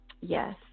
yes